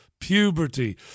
puberty